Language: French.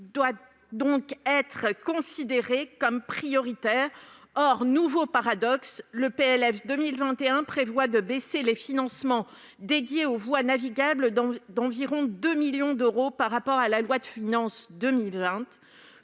doit être considéré comme prioritaire. Or, nouveau paradoxe, le PLF 2021 prévoit de baisser les financements dédiés aux voies navigables d'environ 2 millions d'euros par rapport à la loi de finances pour